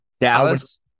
Dallas